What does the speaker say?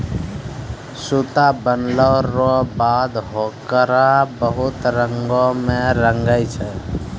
सूता बनलो रो बाद होकरा बहुत रंग मे रंगै छै